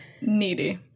Needy